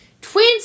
Twins